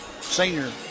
senior